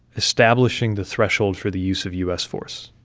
establishing the threshold for the use of u s. force.